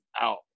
out